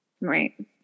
Right